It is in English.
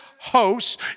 Hosts